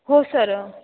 हो सर